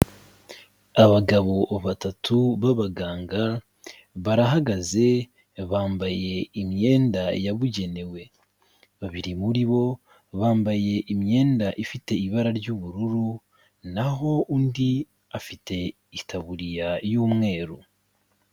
Abagabo batatu b'abaganga, barahagaze bambaye imyenda yabugenewe, babiri muri bo bambaye imyenda ifite ibara ry'ubururu, naho undi afite itaburiya y'umweru.